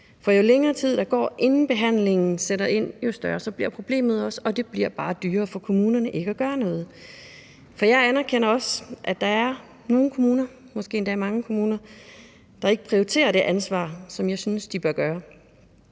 jo længere tid, der går, inden behandlingen sættes ind, jo større bliver også problemet, og det bliver bare dyrere for kommunerne ikke at gøre noget. For jeg anerkender også, at der er nogle kommuner, måske endda mange kommuner, der ikke prioriterer det ansvar, hvilket jeg synes de bør gøre.